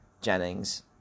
Jennings